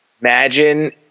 Imagine